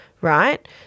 right